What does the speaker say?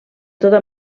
tota